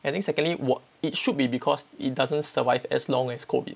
I think secondly it should be because it doesn't survive as long as COVID